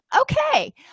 Okay